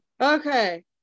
okay